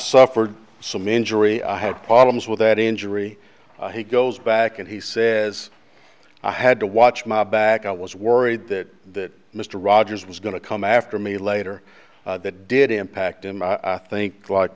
suffered some injury i had problems with that injury he goes back and he says i had to watch my back i was worried that mr rogers was going to come after me later that did impact him i think